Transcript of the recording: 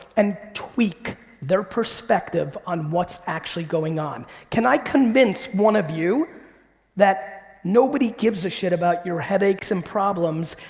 and tweak their perspective on what's actually going on? can i convince one of you that nobody gives a shit about your headaches and problems,